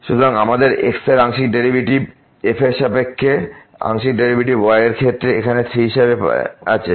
সুতরাং আমাদের x এর আংশিক ডেরিভেটিভ f এর সাপেক্ষে আংশিক ডেরিভেটিভ y এর ক্ষেত্রে এখানে 3 হিসাবে আছে